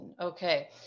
Okay